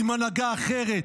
עם הנהגה אחרת,